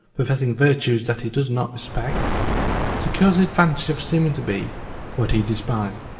professing virtues that he does not respect secures the advantage of seeming to be what he despises.